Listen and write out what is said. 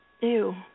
Ew